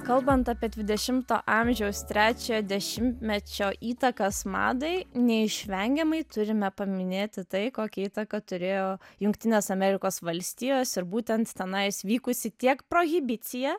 kalbant apie dvidešimto amžiaus trečiojo dešimtmečio įtakas madai neišvengiamai turime paminėti tai kokią įtaką turėjo jungtinės amerikos valstijos ir būtent tenais vykusi tiek prohibicija